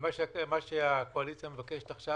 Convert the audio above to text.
ומה שהקואליציה מבקשת עכשיו,